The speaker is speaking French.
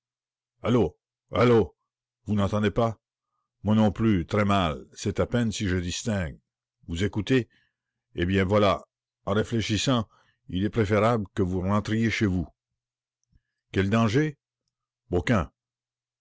vous n'entendez pas moi non plus très mal c'est à peine si je distingue vous écoutez eh bien voilà en réfléchissant il est préférable que vous rentriez chez vous quel danger